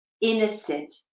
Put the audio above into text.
innocent